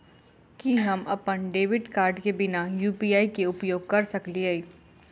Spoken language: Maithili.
की हम अप्पन डेबिट कार्ड केँ बिना यु.पी.आई केँ उपयोग करऽ सकलिये?